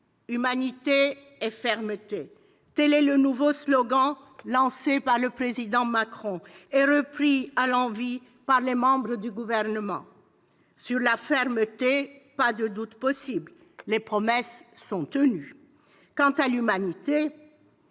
Humanité et fermeté », tel est le nouveau slogan lancé par le Président Macron et repris à l'envi par les membres du Gouvernement. Sur la fermeté, pas de doute possible, les promesses sont tenues. Quant à l'humanité,